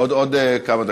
עוד כמה דקות.